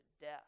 death